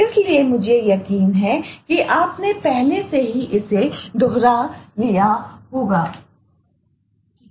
इसलिए मुझे यकीन है कि आपने पहले ही इसे दोहरा लिया होगा है